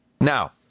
now